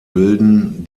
bilden